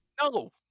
No